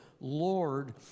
Lord